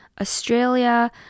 Australia